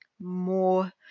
more